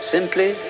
Simply